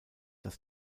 dass